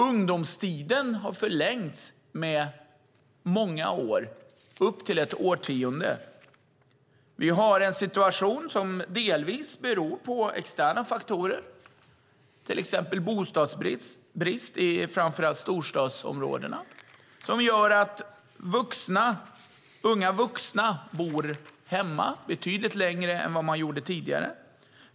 Ungdomstiden har förlängts med många år, upp till ett årtionde. Vi har en situation som delvis beror på externa faktorer, till exempel bostadsbrist i framför allt storstadsområdena. Det gör att unga vuxna bor hemma betydligt längre än vad de gjorde tidigare.